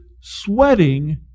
sweating